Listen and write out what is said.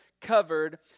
covered